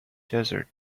desert